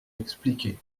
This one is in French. expliquer